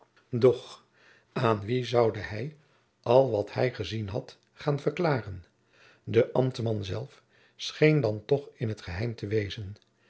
doch aan wien zoude hij al wat hij gezien had gaan verklaren de ambtman zelf scheen dan toch in het geheim te wezen